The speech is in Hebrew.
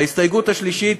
וההסתייגות השלישית,